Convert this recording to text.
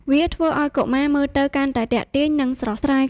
វាធ្វើឱ្យកុមារមើលទៅកាន់តែទាក់ទាញ និងស្រស់ស្រាយ។